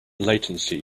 latency